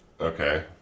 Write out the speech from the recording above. Okay